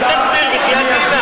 אל תסביר, בחייאת דינכ.